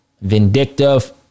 Vindictive